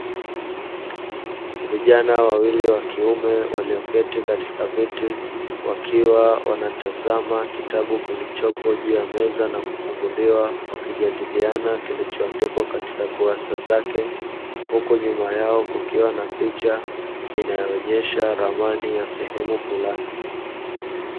Vijana wawili wa kiume walioketi katika viti, wakiwa wanatazama vitabu kilichopo juu ya meza na kufunguliwa, kujadiliana kilichoandikwa kwenye kurasa zake, huku nyuma yao kukiwa na picha inayoonyesha ramani ya sehemu fulani.